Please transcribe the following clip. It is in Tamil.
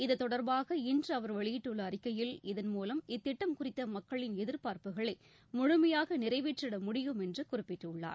இத்தொடர்பாக இன்று அவர் வெளியிட்டுள்ள அறிக்கையில் இதன்மூலம் இத்திட்டம் குறித்த மக்களின் எதிர்பார்ப்புகளை முழுமையாக நிறைவேற்றிட முடியும் என்று குறிப்பிட்டுள்ளார்